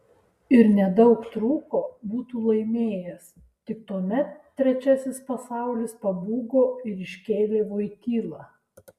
ir nedaug trūko būtų laimėjęs tik tuomet trečiasis pasaulis pabūgo ir iškėlė voitylą